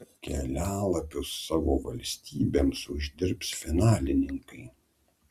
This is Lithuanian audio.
kelialapius savo valstybėms uždirbs finalininkai